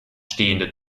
stehende